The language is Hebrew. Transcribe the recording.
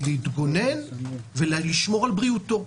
להתגונן ולשמור על בריאותו.